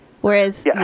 whereas